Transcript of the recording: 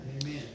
Amen